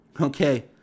Okay